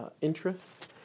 interests